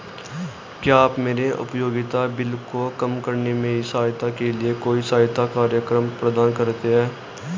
क्या आप मेरे उपयोगिता बिल को कम करने में सहायता के लिए कोई सहायता कार्यक्रम प्रदान करते हैं?